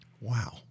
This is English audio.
Wow